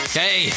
hey